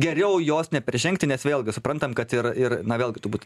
geriau jos neperžengti nes vėlgi suprantam kad ir ir na vėlgi turbūt